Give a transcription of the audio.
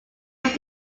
more